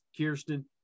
Kirsten